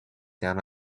down